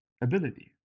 ability